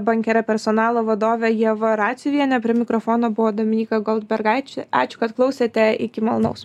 bankera personalo vadovė ieva raciuvienė prie mikrofono buvo dominyka goldbergaitė ačiū kad klausėte iki malonaus